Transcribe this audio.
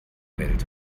welt